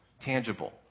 tangible